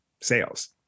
sales